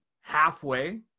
halfway